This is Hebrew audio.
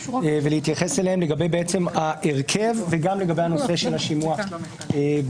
ולהתייחס אליהם לגבי ההרכב וגם לגבי הנושא של השימוע בוועדה.